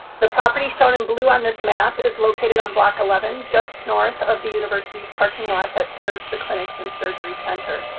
the property shown in blue on this map is located on block eleven just north of the university's parking lot that serves the clinics and surgery center.